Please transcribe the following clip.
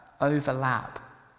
overlap